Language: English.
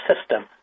system